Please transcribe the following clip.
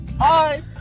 Hi